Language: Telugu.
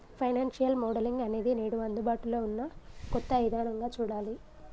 ఫైనాన్సియల్ మోడలింగ్ అనేది నేడు అందుబాటులో ఉన్న కొత్త ఇదానంగా చూడాలి